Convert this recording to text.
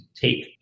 take